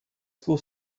school